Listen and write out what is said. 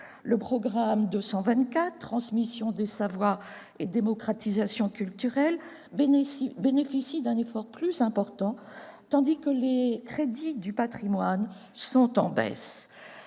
le programme 224 « Transmission des savoirs et démocratisation culturelle » bénéficie d'un effort plus important, tandis que les crédits du patrimoine sont en baisse.